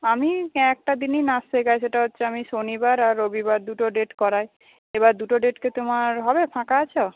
আমি একটা দিনই নাচ শেখাই সেটা হচ্ছে আমি শনিবার আর রবিবার দুটো ডেট করাই এবার দুটো ডেট কি তোমার হবে ফাঁকা আছ